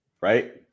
right